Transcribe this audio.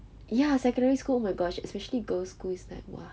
ya secondary school oh my gosh especially girls' schools is like !wah!